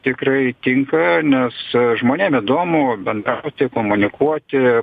tikrai tinka nes žmonėm įdomu bendrauti komunikuoti